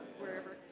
wherever